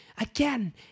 Again